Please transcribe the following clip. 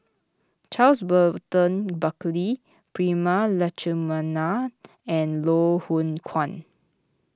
Charles Burton Buckley Prema Letchumanan and Loh Hoong Kwan